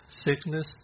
sickness